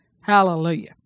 Hallelujah